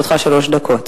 לרשותך שלוש דקות.